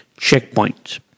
checkpoints